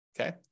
okay